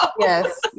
Yes